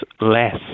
less